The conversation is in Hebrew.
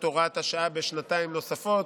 את הוראת השעה בשנתיים נוספות,